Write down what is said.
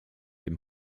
dem